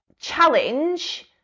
challenge